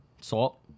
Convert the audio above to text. salt